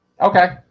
Okay